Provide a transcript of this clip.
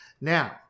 Now